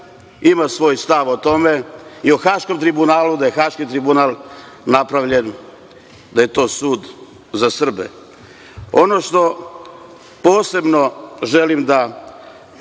ima svoj stav o tome i o Haškom tribunalu, da je Haški tribunal napravljen kao sud za Srbe. Ono što posebno želim da